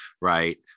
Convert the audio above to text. right